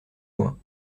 loin